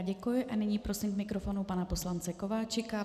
Děkuji a nyní prosím k mikrofonu pana poslance Kováčika.